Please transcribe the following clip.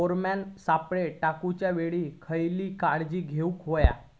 Pheromone सापळे टाकूच्या वेळी खयली काळजी घेवूक व्हयी?